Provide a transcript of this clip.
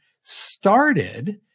started